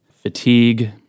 fatigue